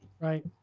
Right